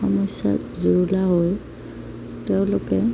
সমস্যাত জুৰুলা হৈ তেওঁলোকে